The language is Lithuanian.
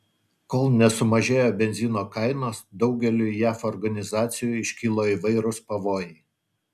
kol nesumažėjo benzino kainos daugeliui jav organizacijų iškilo įvairūs pavojai